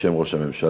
בשם ראש הממשלה.